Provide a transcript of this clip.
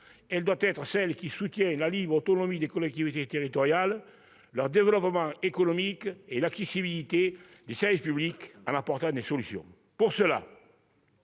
Au contraire, il doit soutenir la libre autonomie des collectivités territoriales, leur développement économique et l'accessibilité des services publics, en proposant des solutions. Pour cela,